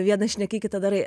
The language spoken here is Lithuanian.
viena šneki kita darai